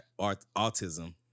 autism